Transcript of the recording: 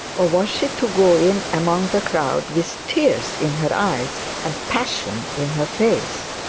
or was she to go in among the crowd with tears in her eyes and passion in her face?